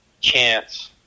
chance